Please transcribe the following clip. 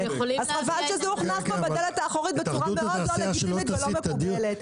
אז חבל שזה הוכנס פה בדלת האחורית בצורה מאוד לא לגיטימית ולא מקובלת.